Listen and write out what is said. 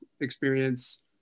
experience